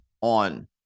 on